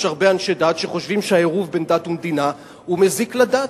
יש הרבה אנשי דת שחושבים שהעירוב בין דת ומדינה מזיק לדת,